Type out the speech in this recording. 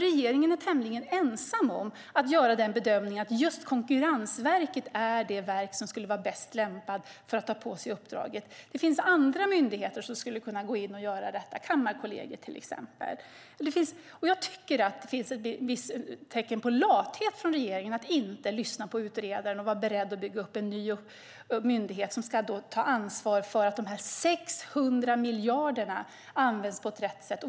Regeringen är tämligen ensam om att göra bedömningen att Konkurrensverket är det verk som är bäst lämpat att ta på sig uppdraget. Det finns andra myndigheter som skulle kunna gå in och göra det, till exempel Kammarkollegiet. Det finns vissa tecken på lathet från regeringens sida, att inte lyssna på utredaren och vara beredd att bygga upp en ny myndighet som ska ta ansvar för att de 600 miljarderna används på rätt sätt.